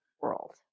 world